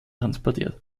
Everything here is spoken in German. transportiert